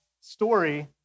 story